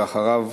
ואחריו,